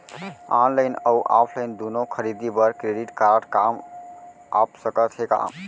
Online अऊ offline दूनो खरीदी बर क्रेडिट कारड काम आप सकत हे का?